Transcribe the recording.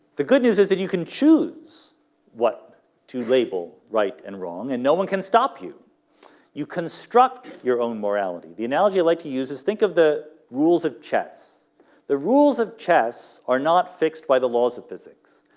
the good news is that you can choose what to label right and wrong and no one can stop you you construct your own morality the analogy i like to use is think of the rules of chess the rules of chess are not fixed by the laws of physics.